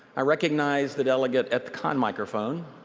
i recognize the delegate at the con microphone.